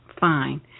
fine